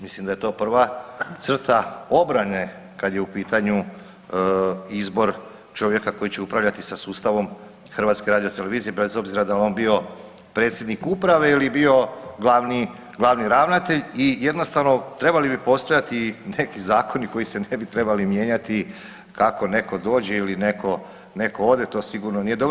Mislim da je to prva crta obrane kad je u pitanju izbor čovjeka koji će upravljati sa sustavom HRT-a bez obzira da li on bio predsjednik Uprave ili bio glavni ravnatelj i jednostavno, trebali bi postojati neki zakoni koji se ne bi trebali mijenjati kako netko dođe ili netko ode, to sigurno nije dobro.